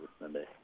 Sunday